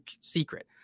secret